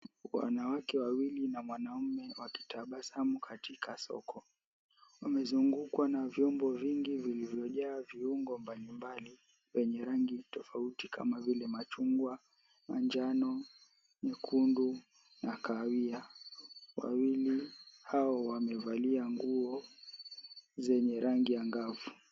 Wanawake wawili na mwanaume wakitabasamu katika soko , wamezungukwa na vyombo vingi zilizojaa viungo mbalimbali wenye rangi tofauti kama vile machungwa, manjano, nyekundu na kahawia. Wawili hao wamevalia nguo zenye rangi angafu.